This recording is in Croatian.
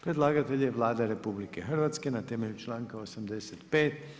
Predlagatelj je Vlada RH na temelju članka 85.